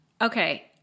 Okay